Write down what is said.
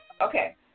Okay